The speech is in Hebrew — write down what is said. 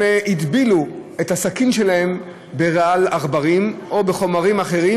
הם הטבילו את הסכין שלהם ברעל עכברים או בחומרים אחרים,